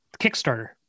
kickstarter